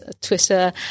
twitter